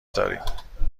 داریم